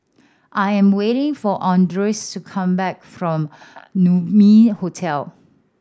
I am waiting for Andreas to come back from Naumi Hotel